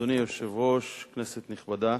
אדוני היושב-ראש, כנסת נכבדה,